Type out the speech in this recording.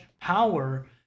power